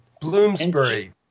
Bloomsbury